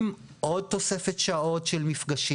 עם עוד תוספת שעות לכל המרחב הזה.